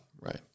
Right